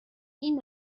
این